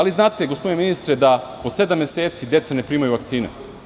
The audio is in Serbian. Da li znate gospodine ministre da po sedam meseci deca ne primaju vakcine?